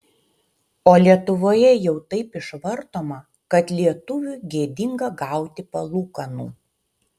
o lietuvoje jau taip išvartoma kad lietuviui gėdinga gauti palūkanų